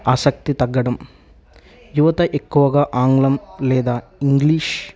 ఆసక్తి తగ్గడం యువత ఎక్కువగా ఆంగ్లం లేదా ఇంగ్లీష్